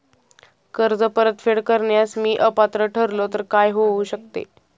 कर्ज परतफेड करण्यास मी अपात्र ठरलो तर काय होऊ शकते?